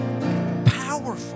powerful